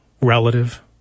relative